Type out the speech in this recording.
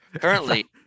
Currently